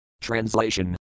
Translation